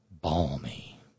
balmy